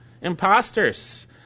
imposters